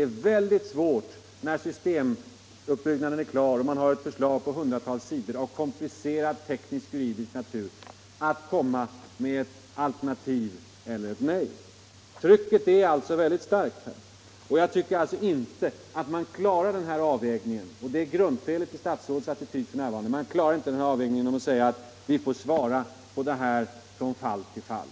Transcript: är väldigt svårt, när systemuppbyggnaden är klar och man har ett förslag på hundratals sidor av komplicerad tekniskjuridisk natur, att komma med ett alternativ eller säga nej. Trycket är alltså här mycket stort, och jag tycker inte att man klarar denna avvägning - och det är grundfelet i statsrådets attityd f.n. — genom att säga att vi får svara på detta från fall till fall.